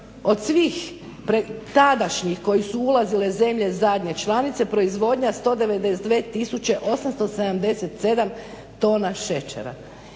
od svih tadašnjih koje su ulazile zemlje zadnje članice proizvodnja 192 877 tona šećera.